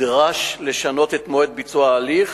נדרש לשנות את מועד ביצוע ההליך,